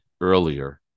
earlier